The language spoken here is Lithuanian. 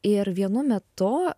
ir vienu metu